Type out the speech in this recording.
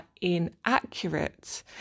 inaccurate